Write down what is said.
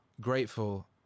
grateful